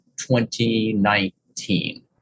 2019